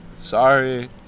Sorry